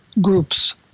groups